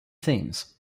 themes